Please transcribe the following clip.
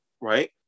right